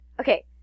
Okay